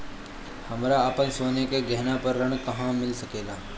हमरा अपन सोने के गहना पर ऋण कहां मिल सकता?